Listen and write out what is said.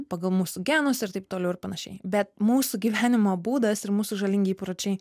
pagal mūsų genus ir taip toliau ir panašiai bet mūsų gyvenimo būdas ir mūsų žalingi įpročiai